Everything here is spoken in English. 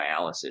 dialysis